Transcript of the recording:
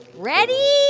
ready